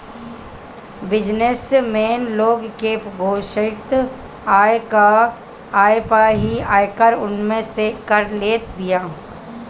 business man लोग के घोषित आय पअ ही आयकर उनसे कर लेत बिया